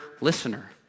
listener